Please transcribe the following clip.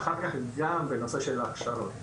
ואחר כך גם בנושא ההכשרות.